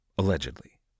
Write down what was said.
Allegedly